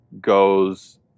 goes